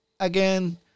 Again